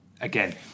again